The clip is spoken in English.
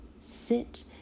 Sit